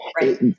Right